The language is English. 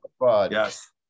Yes